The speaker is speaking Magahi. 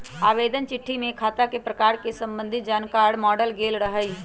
आवेदन चिट्ठी में खता के प्रकार से संबंधित जानकार माङल गेल रहइ